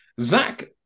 Zach